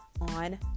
on